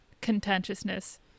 contentiousness